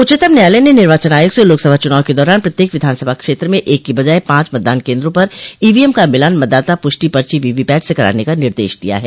उच्चतम न्यायालय ने निर्वाचन आयोग से लोकसभा चूनाव के दौरान प्रत्येक विधानसभा क्षेत्र में एक की बजाय पांच मतदान केन्द्रों पर ईवीएम का मिलान मतदाता प्रष्टि पर्ची वीवीपैट स कराने का निर्देश दिया है